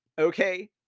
okay